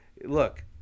Look